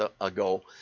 ago